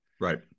Right